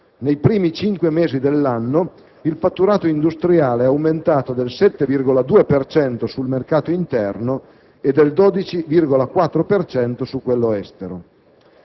Nei primi cinque mesi dell'anno il fatturato industriale è aumentato del 7,2 per cento sul mercato interno e del 12,4 per cento su quello estero.